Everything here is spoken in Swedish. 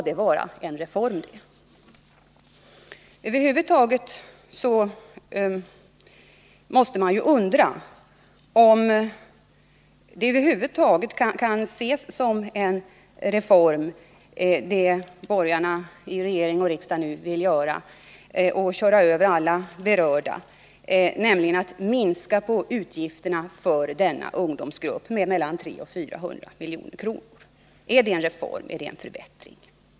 Man måste undra om det som borgarna i riksdag och regering nu vill göra över huvud taget kan betraktas som en reform. Ett genomförande av förslaget skulle betyda att alla berörda parter körs över och att utgifterna för denna ungdomsgrupp minskas med mellan 300 och 400 milj.kr. Är det en reform och en förbättring?